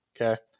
okay